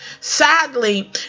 Sadly